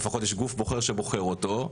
לפחות יש גוף בוחר שבוחר אותו,